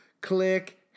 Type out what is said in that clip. Click